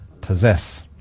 possess